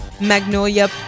Magnolia